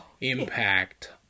impact